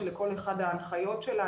שלכל אחת ההנחיות שלה,